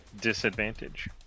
disadvantage